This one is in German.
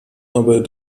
aber